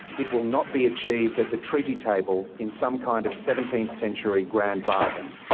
it will not be achieved at the treaty table in some kind of seventeenth century grand bargain.